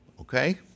okay